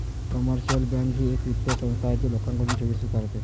commercial bank ही एक वित्तीय संस्था आहे जी लोकांकडून ठेवी स्वीकारते